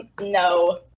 No